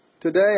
today